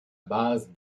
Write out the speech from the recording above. base